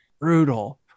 Brutal